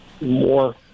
more